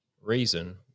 reason